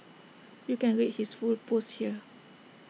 you can read his full post here